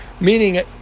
meaning